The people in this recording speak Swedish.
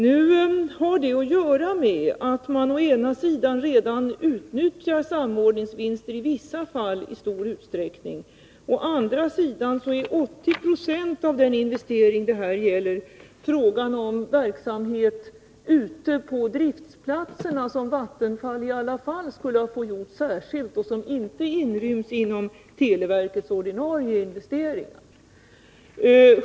Nu har det att göra med att å ena sidan man redan utnyttjar samordningsvinster i vissa fall i stor utsträckning, å andra sidan 80 96 av den investering som det här gäller avser verksamhet ute på driftsplatserna som Vattenfall i alla fall skulle ha fått göra särskilt och som inte inryms inom televerkets ordinarie investeringar.